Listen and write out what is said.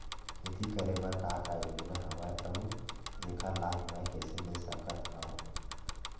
खेती करे बर का का योजना हवय अउ जेखर लाभ मैं कइसे ले सकत हव?